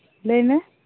ᱞᱟᱹᱭ ᱢᱮ